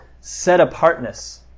set-apartness